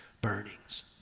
burnings